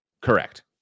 correct